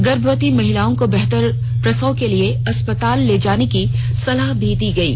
गर्भवती महिलाओं को बेहतर प्रसव के लिए अस्पताल जाने की सलाह दी गयी